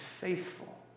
faithful